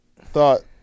thought